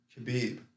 Khabib